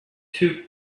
too